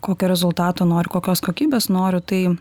kokio rezultato noriu kokios kokybės noriu tai